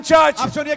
church